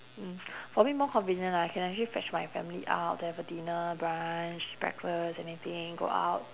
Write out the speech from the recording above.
mm for me more convenient lah I can actually fetch my family out to have a dinner brunch breakfast anything go out